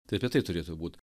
tai apie tai turėtų būt